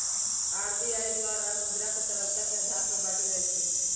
RBI द्वारा मुद्रा के तरलता के आधार पर बाटल जाइ छै